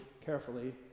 carefully